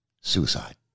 suicide